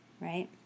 right